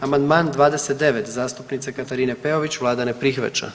Amandman 29. zastupnice Katarine Peović, vlada ne prihvaća.